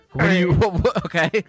Okay